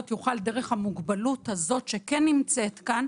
יוכל דרך המוגבלות הזאת שכן נמצאת כאן,